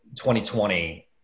2020